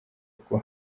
rwo